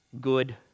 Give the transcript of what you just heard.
good